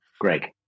Greg